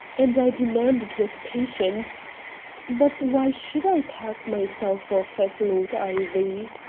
and i demanded with patience but why should i pass myself off as lord ivy?